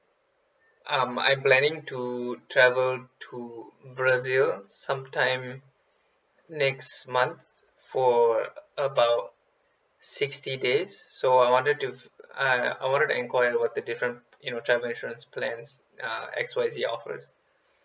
um I'm planning to travel to brazil some time next month for about sixty days so I wanted to uh I wanted to enquire about the different you know travel insurance plans uh X Y Z offers